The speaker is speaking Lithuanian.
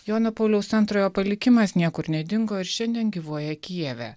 jono pauliaus antrojo palikimas niekur nedingo ir šiandien gyvuoja kijeve